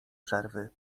przerwy